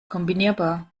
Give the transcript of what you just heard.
kombinierbar